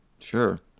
Sure